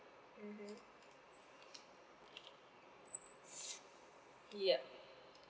mmhmm yup